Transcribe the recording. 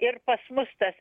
ir pas mus tas